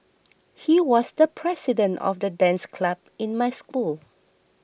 he was the president of the dance club in my school